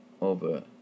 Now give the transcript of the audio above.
over